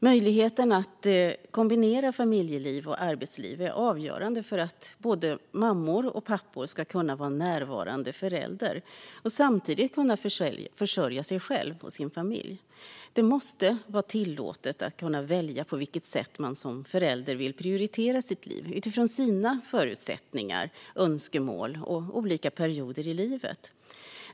Möjligheten att kombinera familjeliv och arbetsliv är avgörande för att både mammor och pappor ska kunna vara närvarande föräldrar och samtidigt kunna försörja sig själva och sin familj. Det måste vara tillåtet att välja på vilket sätt man som förälder vill prioritera sitt liv utifrån sina förutsättningar, önskemål och olika perioder i livet.